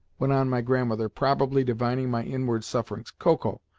went on my grandmother, probably divining my inward sufferings, koko,